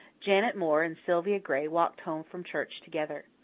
janet moore and sylvia gray walked home from church together.